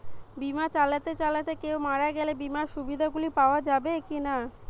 বিমা চালাতে চালাতে কেও মারা গেলে বিমার সুবিধা গুলি পাওয়া যাবে কি না?